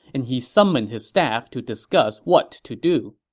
and he summoned his staff to discuss what to do